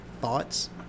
thoughts